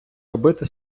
робити